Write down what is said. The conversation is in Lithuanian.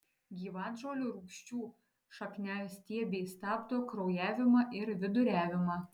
gyvatžolių rūgčių šakniastiebiai stabdo kraujavimą ir viduriavimą